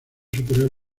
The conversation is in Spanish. superar